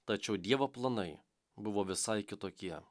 tačiau dievo planai buvo visai kitokie